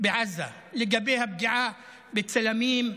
בעזה לגבי הפגיעה בצלמים,